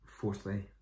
fourthly